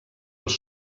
els